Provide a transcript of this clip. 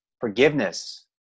forgiveness